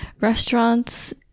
restaurants